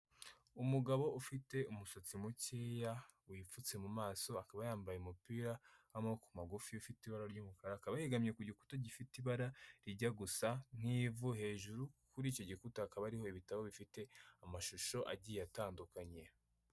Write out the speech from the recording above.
Umugabo ufite umusatsi mukeya wipfutse mu maso, akaba yambaye umupira w'amaboko magufi ufite ibara ry'umukara, akaba yegamye ku gikuta gifite ibara rijya gusa nk'ivu, hejuru kuri icyo gikuta hakaba hariho ibitabo bifite amashusho agiye atandukanye.